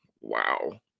wow